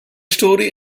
story